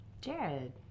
Jared